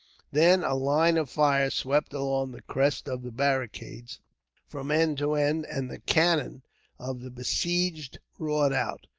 then a line of fire swept along the crest of the barricade from end to end, and the cannon of the besieged roared out.